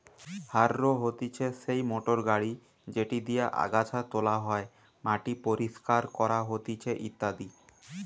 harrow হতিছে সেই motor গাড়ি যেটি দিয়া আগাছা তোলা হয়, মাটি পরিষ্কার করা হতিছে ইত্যাদি